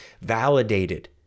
validated